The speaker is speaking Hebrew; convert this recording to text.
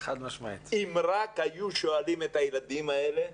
אם רק היו שואלים את הילדים האלה,